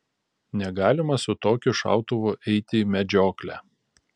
negalima su tokiu šautuvu eiti į medžioklę